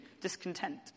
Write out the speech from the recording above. discontent